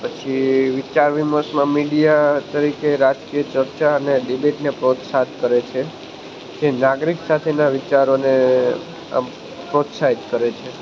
પછી વિચારવિમર્શમાં મીડિયા તરીકે રાજકીય ચર્ચા અને ડિબેટને પ્રોત્સાહન કરે છે જે નાગરિક સાથેના વિચારોને આમ પ્રોત્સાહિત કરે છે